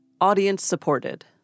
audience-supported